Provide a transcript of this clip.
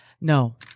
no